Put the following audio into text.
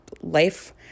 life